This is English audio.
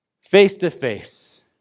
face-to-face